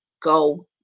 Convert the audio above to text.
go